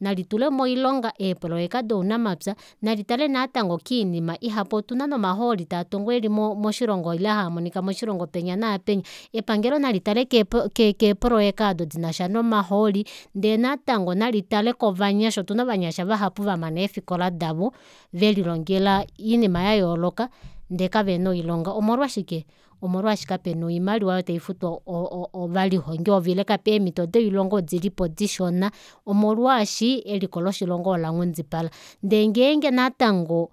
Nalitule moilonga eepoloyeka dounamapya nali tale natango koinima ihapu otuna nomahooli tatongwa eli mo moshilongo ile haamonika moshilongo penya naapenya epangelo nalitale keepo keepoloyeka aado dinasha nomahooli ndee natango nali tale kovanyasha otuna ovanyasha vahapu vamana eefikola davo velilongela iinima yayooloka ndee kavena oilonga omolwashike omolwaasho kapena oimaliwa aayo taifutu o- o- ovalihongi ile kape eemito doilonga odilipo dishona omolwaashi eliko loshilongo olanghundipala ndee ngenge natango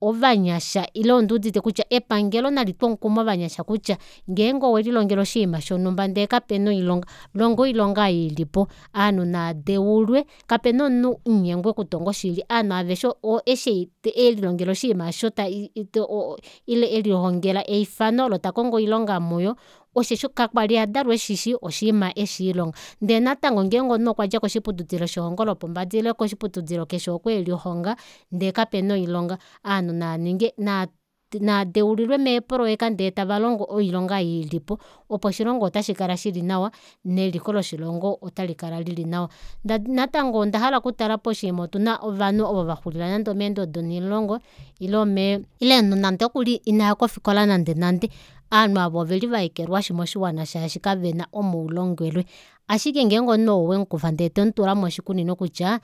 ovanyasha ile onduudite kutya epangelo nalitwe omukumo ovanyasha kutya ngeenge owelilongela oshinima shonumba ndee kapena oilonga longa oilonga ei ilipo ovanhu nava deulwe kapena omunhu omunyengwi okutonga oshili ovanhu aveshe eshi elilongela oshinima aasho ta i- i- to ile elilongela efano olo takongo oilonga muyo osheshi kakwali adalwa eshishi oshiima eshiilonga ndee natango ngenge omunhu okwadja koshiputudilo shelongo lopombada ile koshiputudilo keshe oko elihonga ndee kapana oilonga ovanhu navaninge na- na naadeulilwe meepoloyeka ndee tava longo oilonga ei ilipo opo oshilongo otashikala shili nawa neliko loshilongo ota likala lili nawa nda natango ondahala okutala poshiima otuna ovanhu ovo vaxulila nande omeendodo onimulongo ile omee ile omunhu inaya kofikola nande nande aanhu aava oveli vaekelwashi moshiwana shaashi kavena omaulongelwe ashike ngeenge omunhu oo owemukufa ndee tomutula moshikunino kutya